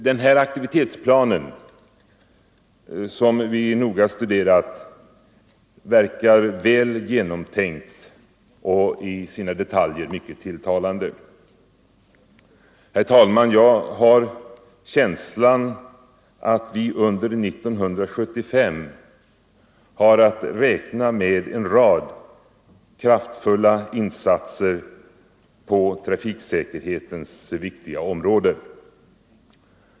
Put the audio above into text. Den här aktivitetsplanen, som vi noga studerat, verkar väl genomtänkt och i sina detaljer mycket tilltalande. Herr talman! Jag har känslan att vi under 1975 har att räkna med en rad kraftfulla insatser på trafiksäkerhetens viktiga område.